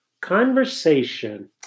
Conversation